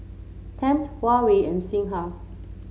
Tempt Huawei and Singha